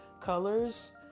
colors